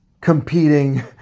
competing